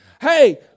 hey